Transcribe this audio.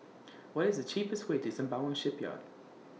What IS The cheapest Way to Sembawang Shipyard